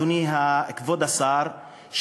כבוד השר,